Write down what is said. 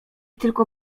tylko